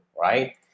right